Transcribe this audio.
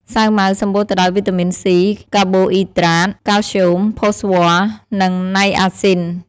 សាវម៉ាវ សម្បូរទៅដោយវីតាមីនសុី, កាបូអ៊ីដ្រាត កាល់ស្យូម ផូស្វ័រ និងណៃអាស៊ីន។